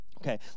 Okay